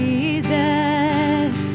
Jesus